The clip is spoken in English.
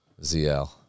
ZL